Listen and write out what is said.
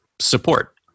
support